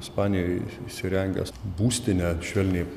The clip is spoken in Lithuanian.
ispanijoj įsirengęs būstinę švelniai